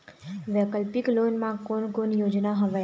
वैकल्पिक लोन मा कोन कोन योजना हवए?